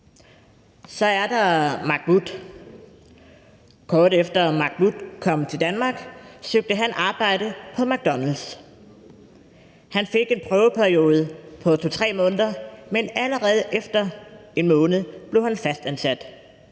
Så er der Mahmoud. Kort efter at Mahmoud kom til Danmark, søgte han arbejde på McDonald's. Han fik en prøveperiode på 2-3 måneder, men allerede efter en måned blev han fastansat,